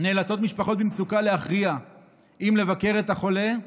נאלצות משפחות במצוקה להכריע אם לבקר את החולה,